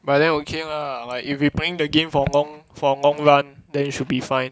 but then okay lah like if we playing the game for long for long run then it should be fine